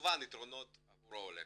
כמובן יתרונות עבור העולה,